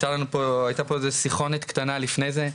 היתה פה איזו שיחה קטנה לפני זה,